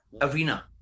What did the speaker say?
arena